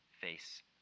face